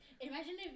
Imagine